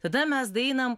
tada mes daeinam